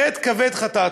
חטא כבד חטאתי.